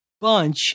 bunch